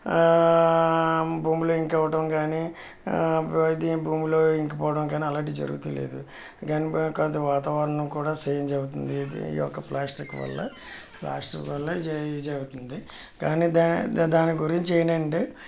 భూములు ఇంకవటం కాని ఆ ఇది భూమిలో ఇంకిపోవడం కాని అలాంటివి జరుగటం లేదు దాన్నిబట్టి వాతావరణం కూడా చేంజ్ అవుతుంది దీన్ని యొక్క ప్లాస్టిక్ వల్ల ప్లాస్టిక్ వల్లే చేంజ్ అవుతుంది కానీ దాని దాని గురించి ఏంటంటే